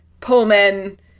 Pullman